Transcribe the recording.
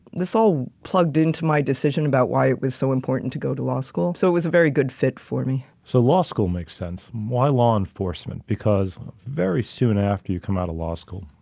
this all plugged into my decision about why it was so important to go to law school, so it was a very good fit for me. so, law school makes sense why law enforcement? because very soon after you come out of law school,